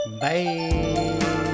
Bye